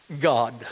God